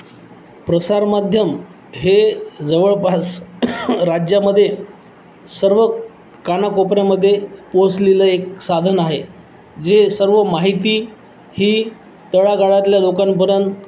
प्रसारमाध्यम हे जवळपास राज्यामध्ये सर्व कानाकोपऱ्यामध्ये पोहोचलेलं एक साधन आहे जे सर्व माहिती ही तळागाळातल्या लोकांपर्यंत